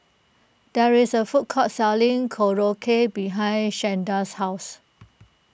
there is a food court selling Korokke behind Shanda's house